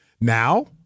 Now